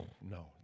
no